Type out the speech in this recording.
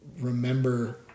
remember